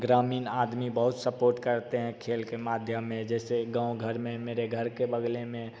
ग्रामीण आदमी बहुत सपोर्ट करते हैं खेल के माध्यम में जैसे गाँव घर में मेरे घर के बगले में